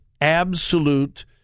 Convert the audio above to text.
absolute